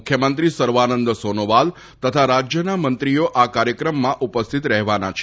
મુખ્યમંત્રી સર્વાનંદ સોનોવાલ તથા રાજ્યના મંત્રીઓ આ કાર્યક્રમમાં ઉપસ્થિત રહેવાના છે